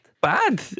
Bad